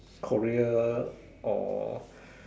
Korea or